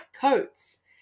coats